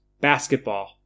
basketball